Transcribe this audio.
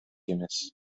эмес